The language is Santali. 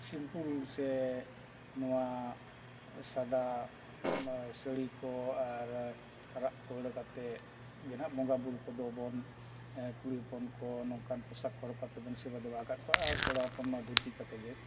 ᱥᱮ ᱱᱚᱣᱟ ᱥᱟᱫᱟ ᱥᱟᱹᱲᱤ ᱠᱚ ᱟᱨ ᱟᱨᱟᱜ ᱯᱟᱹᱲ ᱠᱟᱛᱮᱫ ᱜᱮ ᱱᱟᱦᱟᱜ ᱵᱚᱸᱜᱟᱵᱩᱨᱩ ᱠᱚᱫᱚ ᱵᱚᱱ ᱠᱩᱲᱤ ᱦᱚᱯᱚᱱ ᱠᱚ ᱱᱚᱝᱠᱟᱱ ᱯᱚᱥᱟᱠ ᱠᱚ ᱦᱚᱨᱚᱜ ᱠᱟᱛᱮᱫ ᱵᱚᱱ ᱥᱮᱵᱟᱼᱫᱮᱵᱟ ᱟᱠᱟᱫ ᱠᱚᱣᱟ ᱟᱨ ᱠᱚᱲᱟ ᱦᱚᱯᱚᱱᱢᱟ ᱫᱷᱩᱛᱤ ᱠᱟᱛᱮᱫ ᱜᱮ